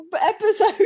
episode